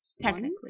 Technically